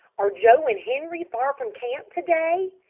are joe and henri far from camp to-day?